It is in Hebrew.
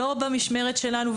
לא במשמרת שלנו.